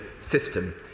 system